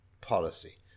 policy